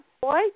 boy